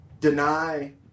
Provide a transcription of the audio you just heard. deny